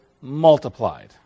multiplied